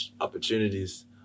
opportunities